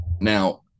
Now